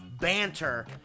banter